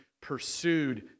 pursued